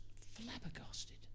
flabbergasted